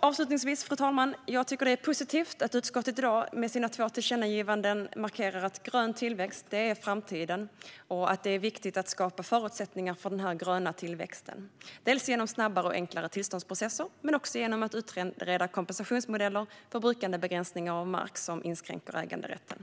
Avslutningsvis, fru talman, tycker jag att det är positivt att utskottet i dag med sina två tillkännagivanden markerar att grön tillväxt är framtiden och att det är viktigt att skapa förutsättningar för sådan tillväxt, dels genom snabbare och enklare tillståndsprocesser, dels genom att utreda kompensationsmodeller vid brukandebegränsning av mark som inskränker äganderätten.